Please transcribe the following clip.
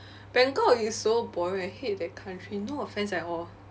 bangkok is so boring I hate that country no offence at all